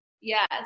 Yes